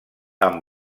amb